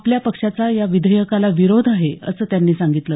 आपल्या पक्षाचा या विधेयकाला विरोध आहे असं त्यांनी सांगितलं